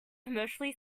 commercially